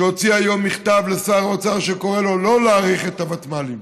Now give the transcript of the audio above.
שהוציא היום מכתב לשר האוצר שקורא לו לא להאריך את הוותמ"לים.